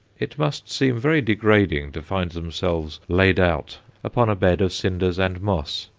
it must seem very degrading to find themselves laid out upon a bed of cinders and moss,